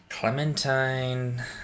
Clementine